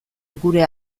gure